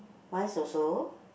mice also